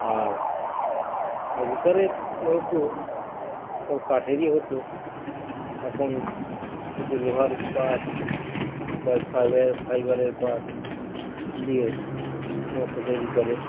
আর আগেকারের নৌকো সব কাঠেরই হতো এখন কিছু লোহার পাত বা ফাইবারের ফাইবারের পাত দিয়ে নৌকো তৈরি করে